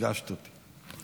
ריגשת אותי.